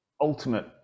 ultimate